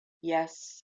yes